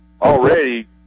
already